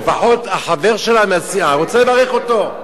לפחות החבר שלו מהסיעה רוצה לברך אותו.